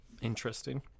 Interesting